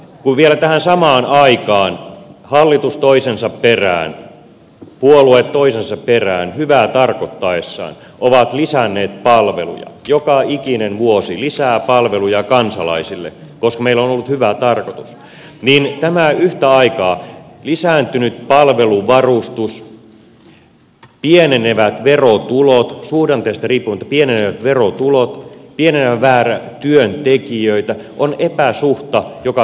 kun vielä tähän samaan aikaan hallitus toisensa perään puolue toisensa perään hyvää tarkoittaessaan on lisännyt palveluja joka ikinen vuosi lisää palveluja kansalaisille koska meillä on ollut hyvä tarkoitus niin tämä yhtä aikaa lisääntynyt palveluvarustus pienenevät verotulot suhdanteista riippumatta pienevät verotulot pienenevä määrä työntekijöitä on epäsuhta joka pitää muuttaa